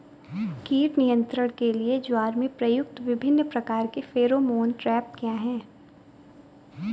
कीट नियंत्रण के लिए ज्वार में प्रयुक्त विभिन्न प्रकार के फेरोमोन ट्रैप क्या है?